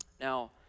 Now